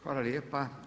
Hvala lijepa.